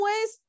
ways